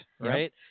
right